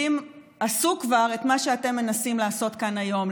עשו כבר את מה שאתם מנסים לעשות כאן היום,